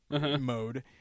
mode